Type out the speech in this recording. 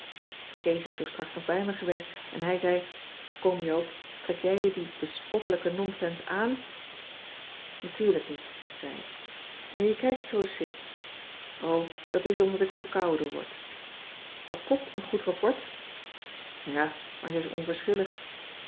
kees is zoo straks nog bij me geweest en hij zei kom joop trek jij je dien bespottelijken nonsens aan natuurlijk niet zei ik en je kijkt zoo sip o dat is omdat ik verkouden word had pop een goed rapport ja maar ze is